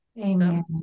Amen